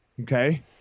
Okay